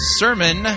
sermon